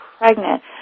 pregnant